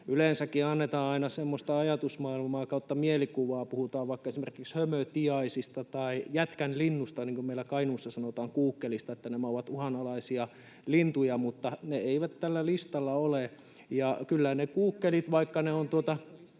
Yleensäkin annetaan aina semmoista ajatusmaailmaa tai mielikuvaa, kun puhutaan vaikka esimerkiksi hömötiaisista tai jätkänlinnusta, niin kuin meillä Kainuussa sanotaan kuukkelista, että nämä ovat uhanalaisia lintuja, mutta ne eivät tällä listalla ole. Kyllä ne kuukkelit, vaikka ne...